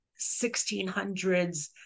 1600s